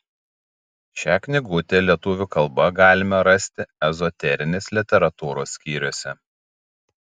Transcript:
šią knygutę lietuvių kalba galima rasti ezoterinės literatūros skyriuose